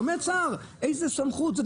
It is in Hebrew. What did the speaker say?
איזה סמכות יש לשר?